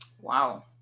wow